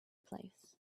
place